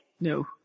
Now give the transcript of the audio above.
No